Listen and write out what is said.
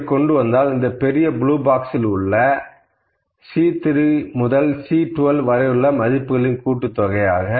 அப்படிக் கொண்டுவந்தால் இந்த பெரிய ப்ளூ பாக்ஸ் இல் உள்ள C3 முதல் C12 வரையிலுள்ள மதிப்புகளின் கூட்டுத்தொகை